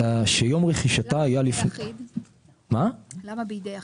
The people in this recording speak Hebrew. שיום רכישתה היה" --- למה בידי יחיד?